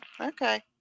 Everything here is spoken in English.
okay